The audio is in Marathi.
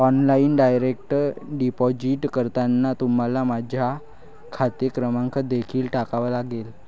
ऑनलाइन डायरेक्ट डिपॉझिट करताना तुम्हाला माझा खाते क्रमांक देखील टाकावा लागेल